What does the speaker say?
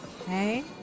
Okay